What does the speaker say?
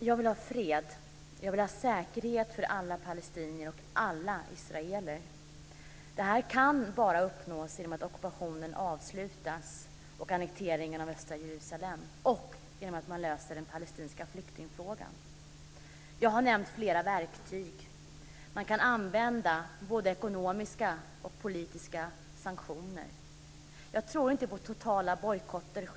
Fru talman! Jag vill ha fred. Jag vill ha säkerhet för alla palestinier och alla israeler. Detta kan bara uppnås genom att ockupationen och annekteringen av östra Jerusalem avslutas och genom att man löser frågan om de palestinska flyktingarna. Jag har nämnt flera verktyg. Man kan använda både ekonomiska och politiska sanktioner. Jag tror inte själv på totala bojkotter.